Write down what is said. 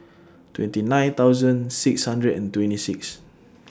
twenty nine thousand six hundred and twenty six